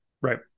Right